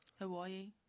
Hawaii